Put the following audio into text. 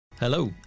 Hello